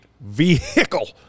vehicle